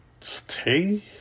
stay